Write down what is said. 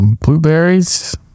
blueberries